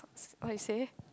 what you say